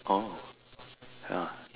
oh yeah